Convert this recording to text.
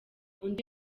undi